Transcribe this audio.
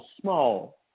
small